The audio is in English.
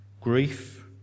grief